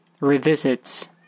revisits